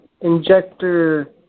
injector